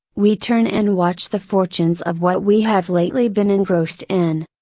we turn and watch the fortunes of what we have lately been engrossed in.